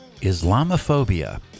Islamophobia